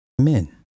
Men